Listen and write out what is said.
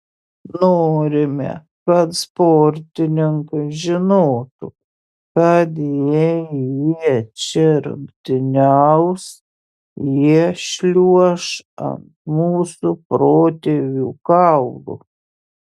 norime kad sportininkai žinotų kad jei jie čia rungtyniaus jie šliuoš ant mūsų protėvių kaulų